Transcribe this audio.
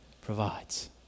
provides